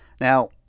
Now